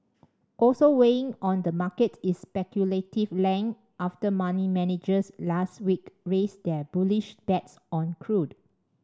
also weighing on the market is speculative length after money managers last week raised their bullish bets on crude